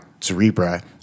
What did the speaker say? Cerebra